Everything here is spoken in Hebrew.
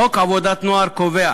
חוק עבודת הנוער קובע